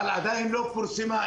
אבל עדיין לא פורסמה,